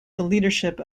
leadership